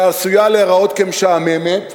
שעשויה להיראות משעממת,